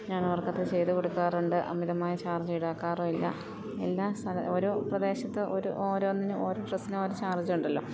ഞാൻ അവർക്കത് ചെയ്ത് കൊടുക്കാറുണ്ട് അമിതമായ ചാർജ്ജിടാക്കാറും ഇല്ല എല്ലാ ഓരോ പ്രദേശത്ത് ഓരോ ഓരോന്നിനും ഓരോ ഡ്രെസ്സിനും ഓരോ ചാർജൊണ്ടല്ലോ